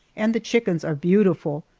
and the chickens are beautiful,